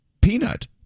Peanut